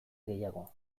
gehiago